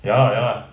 ya lah ya lah